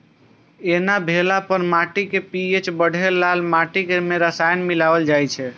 एना भेला पर माटिक पी.एच बढ़ेबा लेल माटि मे रसायन मिलाएल जाइ छै